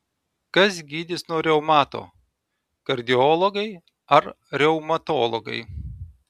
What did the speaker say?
kas gydys nuo reumato kardiologai ar reumatologai